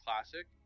Classic